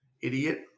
idiot